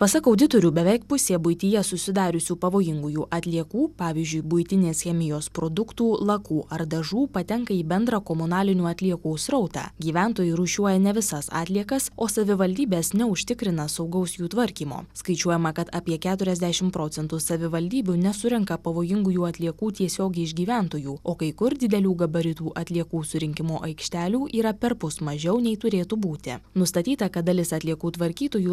pasak auditorių beveik pusė buityje susidariusių pavojingųjų atliekų pavyzdžiui buitinės chemijos produktų lakų ar dažų patenka į bendrą komunalinių atliekų srautą gyventojų rūšiuoja ne visas atliekas o savivaldybės neužtikrina saugaus jų tvarkymo skaičiuojama kad apie keturiasdešimt procentų savivaldybių nesurenka pavojingųjų atliekų tiesiogiai iš gyventojų o kai kur didelių gabaritų atliekų surinkimo aikštelių yra perpus mažiau nei turėtų būti nustatyta kad dalis atliekų tvarkytojų